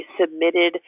submitted